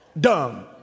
Dumb